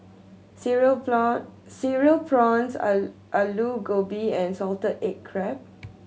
cereal prawn Cereal Prawns Aloo Gobi and salted egg crab